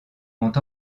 ont